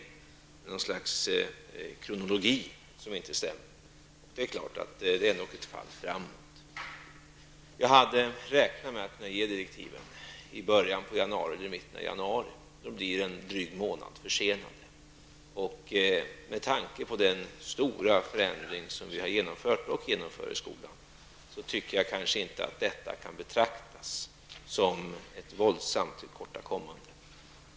Det är något slags kronologi som inte stämmer. Detta är ändock ett fall framåt. Jag hade räknat med att kunna ge direktiven i början av eller i mitten av januari. De blir en dryg månad försenade. Med tanke på den stora förändring som vi har genomfört och genomför i skolan tycker jag inte att detta kan betraktas som ett våldsamt tillkortakommande.